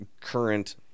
current